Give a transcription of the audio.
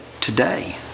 Today